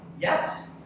yes